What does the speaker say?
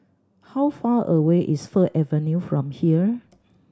how far away is Fir Avenue from here